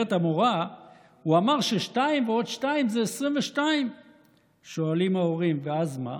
אומרת המורה: הוא אמר ש-2 ועוד 2 זה 22. שואלים ההורים: ואז מה?